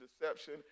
deception